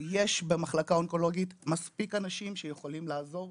במחלקה אונקולוגית יש מספיק אנשים שיכולים לעזור.